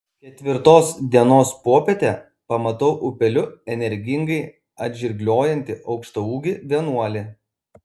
ketvirtos dienos popietę pamatau upeliu energingai atžirgliojantį aukštaūgį vienuolį